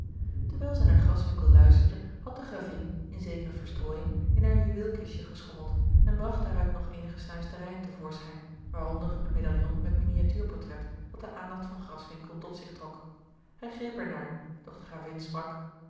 terwijl zij naar graswinckel luisterde had de gravin in zekere verstrooiing in haar juweelkistje geschommeld en bracht daaruit nog eenige snuisterijen te voorschijn waaronder een medaillon met miniatuurportret dat de aandacht van graswinckel tot zich trok hij greep er naar doch de gravin sprak